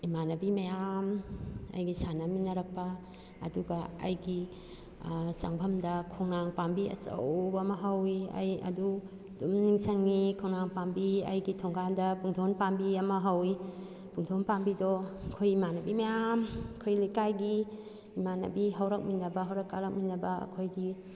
ꯏꯃꯥꯟꯅꯕꯤ ꯃꯌꯥꯝ ꯑꯩꯒ ꯁꯥꯟꯅꯃꯤꯅꯔꯛꯄ ꯑꯗꯨꯒ ꯑꯩꯒꯤ ꯆꯪꯐꯝꯗ ꯈꯣꯡꯅꯥꯡ ꯄꯥꯝꯕꯤ ꯑꯆꯧꯕ ꯑꯃ ꯍꯧꯏ ꯑꯩ ꯑꯗꯨ ꯑꯗꯨꯝ ꯅꯤꯡꯁꯤꯡꯉꯤ ꯈꯣꯡꯅꯥꯡ ꯄꯥꯝꯕꯤ ꯑꯩꯒꯤ ꯊꯣꯒꯥꯟꯗ ꯄꯨꯡꯗꯣꯟ ꯄꯥꯝꯕꯤ ꯑꯃ ꯍꯧꯏ ꯄꯨꯡꯗꯣꯟ ꯄꯥꯝꯕꯤꯗꯣ ꯑꯩꯈꯣꯏ ꯏꯃꯥꯟꯅꯕꯤ ꯃꯌꯥꯝ ꯑꯩꯈꯣꯏ ꯂꯩꯀꯥꯏꯒꯤ ꯏꯃꯥꯟꯅꯕꯤ ꯍꯧꯔꯛꯃꯤꯟꯅꯕ ꯍꯧꯔꯛ ꯀꯥꯔꯛꯃꯤꯅꯕ ꯑꯩꯈꯣꯏꯒꯤ